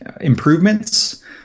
improvements –